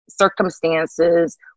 circumstances